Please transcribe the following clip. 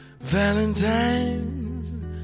valentines